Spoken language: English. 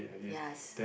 yes